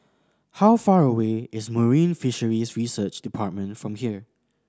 how far away is Marine Fisheries Research Department from here